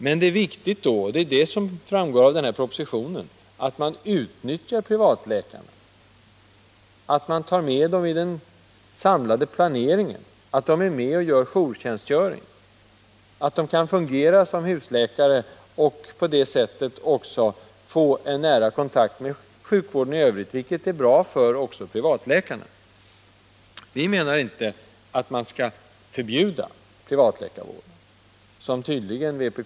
Men det är viktigt — och det framgår av propositionen — att man utnyttjar privatläkarna, att man tar med dem i den samlade planeringen. Det är viktigt att de är med och gör jourtjänst samtidigt som de fungerar som husläkare. På det sättet får de en nära kontakt med sjukvården i övrigt, vilket är bra också för privatläkarna. Vi menar inte att man skall förbjuda privatläkarvården, vilket vpk tydligen är inne på.